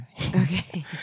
okay